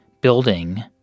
building